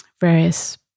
various